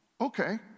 Okay